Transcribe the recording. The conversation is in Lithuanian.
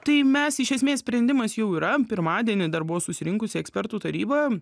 tai mes iš esmės sprendimas jau yra pirmadienį dar buvo susirinkusi ekspertų taryba